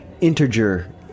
integer